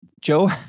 Joe